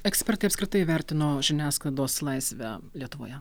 ekspertai apskritai vertino žiniasklaidos laisvę lietuvoje